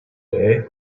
day